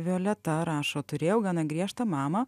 violeta rašo turėjau gana griežtą mamą